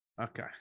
Okay